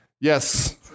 yes